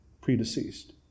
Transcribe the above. predeceased